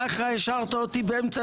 ככה השארת אותי באמצע דבריי.